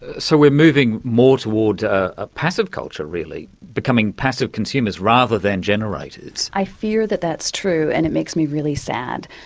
so we're moving more towards a passive culture, really becoming passive consumers rather than generators? i fear that that's true and it makes me really sad.